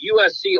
USC